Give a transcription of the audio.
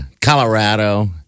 Colorado